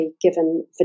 given